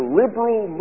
liberal